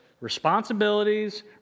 responsibilities